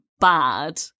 bad